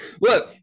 Look